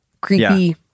creepy